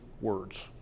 words